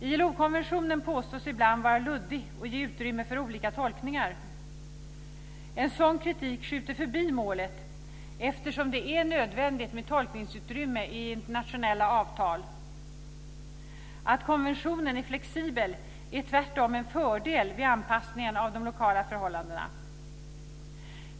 ILO-konventionen påstås ibland vara luddig och ge utrymme för olika tolkningar. En sådan kritik skjuter förbi målet, eftersom det är nödvändigt med tolkningsutrymme i internationella avtal. Att konventionen är flexibel är tvärtom en fördel vid anpassningen av de lokala förhållandena.